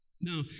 Now